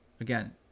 again